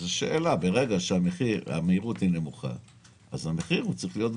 איזו שאלה: כאשר המהירות נמוכה המחיר צריך להיות גבוה.